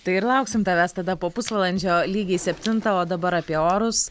tai ir lauksim tavęs tada po pusvalandžio lygiai septintą o dabar apie orus